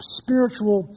spiritual